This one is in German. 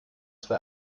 zwei